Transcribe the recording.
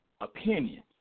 opinion